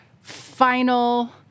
final